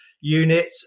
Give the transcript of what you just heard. Unit